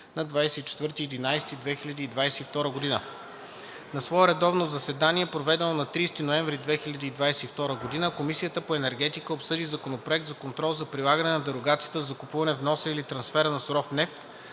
ноември 2022 г. На свое редовно заседание, проведено на 30 ноември 2022 г., Комисията по енергетика обсъди Законопроект за контрол за прилагане на дерогацията за закупуването, вноса или трансфера на суров нефт,